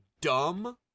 dumb